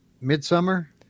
Midsummer